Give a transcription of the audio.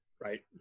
Right